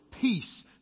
peace